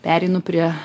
pereinu prie